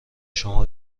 شما